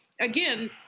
again